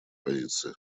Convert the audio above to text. позиции